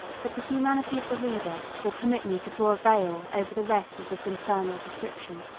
but the humanity of the reader will permit me to draw a veil over the rest of this infernal description,